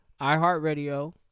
iHeartRadio